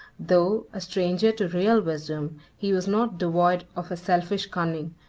though a stranger to real wisdom, he was not devoid of a selfish cunning,